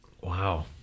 Wow